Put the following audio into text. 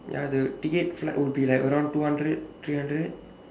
ya the ticket flight would be like around two hundred three hundred